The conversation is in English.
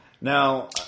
now